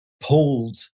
pulled